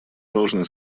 должны